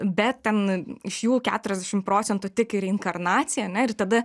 bet ten iš jų keturiasdešim procentų tiki reinkarnacija na ir tada